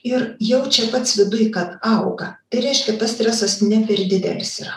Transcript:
ir jaučia pats viduj kad auga tai reiškia tas stresas ne per didelis yra